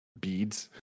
beads